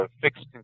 fixed